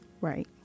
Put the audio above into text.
Right